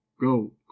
go